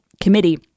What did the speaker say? committee